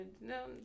No